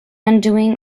undoing